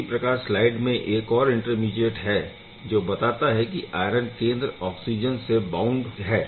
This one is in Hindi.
इसी प्रकार स्लाइड में एक और इंटरमीडीएट है जो बताता है की आयरन केंद्र ऑक्सिजन से बउण्ड है